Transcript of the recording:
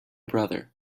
brother